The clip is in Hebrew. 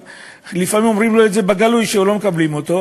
לפעמים אומרים לו בגלוי שלא מקבלים אותו,